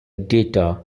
data